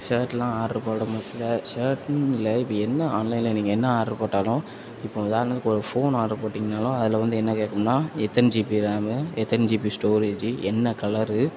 ஷர்ட்லாம் order போட மோஸ்ட்ல ஷர்ட்ன்னு இல்லை இப்போ என்ன ஆன்லைனில் நீங்கள் என்ன ஆட்ரு போட்டாலும் இப்போ உதாரணத்துக்கு ஒரு ஃபோன் ஆர்டர் போட்டிங்கன்னாலும் அதில் வந்து என்ன கேட்கும்னா எத்தனை ஜிபி ராமு எத்தனை ஜிபி ஸ்டோரேஜ்ஜி என்ன கலரு